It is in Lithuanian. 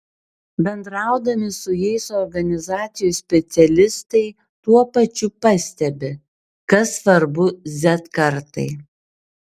bendraudami su jais organizacijų specialistai tuo pačiu pastebi kas svarbu z kartai